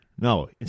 No